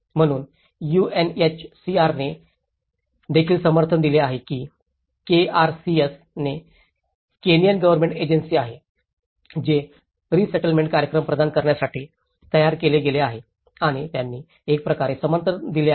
म्हणून यूएनएचसीआरने देखील समर्थन दिले आहे की केआरसीएसKRCS जे केनियन गव्हर्नमेंट एजन्सी आहे जे रीसेटलमेंट कार्यक्रम प्रदान करण्यासाठी तयार केले गेले आहे आणि त्यांनी एक प्रकारचे समर्थन दिले आहे